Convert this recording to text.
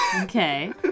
okay